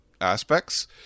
aspects